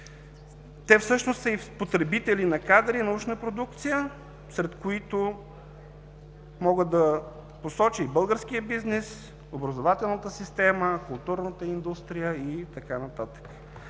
Те всъщност са и потребители на кадри, научна продукция, сред които мога да посоча и българския бизнес, образователната система, културната индустрия и така